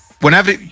whenever